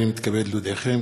הנני מתכבד להודיעכם,